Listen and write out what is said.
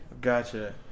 Gotcha